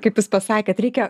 kaip jūs pasakėt reikia